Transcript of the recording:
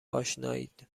آشنایید